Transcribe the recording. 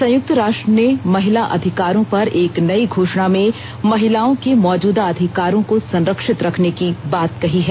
संयुक्त राष्ट्र ने महिला अधिकारों पर एक नई घोषणा में महिलाओं के मौजूदा अधिकारों को संरक्षित रखने की बात कही है